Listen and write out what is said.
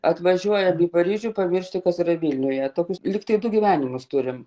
atvažiuojam į paryžių pamiršti kas yra vilniuje tokius lyg tai du gyvenimus turim